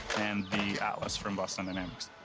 and the atlas from boston dynamics,